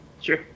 Sure